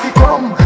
come